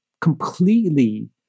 completely